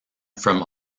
from